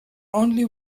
only